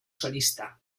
solista